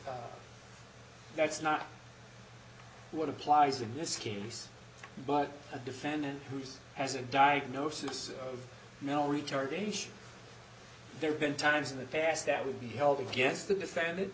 know that's not what applies in this case but a defendant who's has a diagnosis of male retardation there have been times in the past that would be held against the defendant